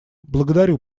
благодарю